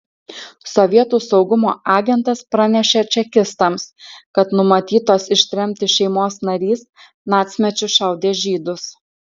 sovietų saugumo agentas pranešė čekistams kad numatytos ištremti šeimos narys nacmečiu šaudė žydus